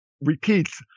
repeats